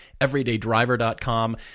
everydaydriver.com